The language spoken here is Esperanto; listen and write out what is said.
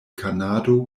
kanado